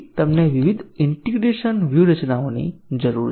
આપણને વિવિધ ઈન્ટીગ્રેશન વ્યૂહરચનાઓની જરૂર છે